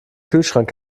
kühlschrank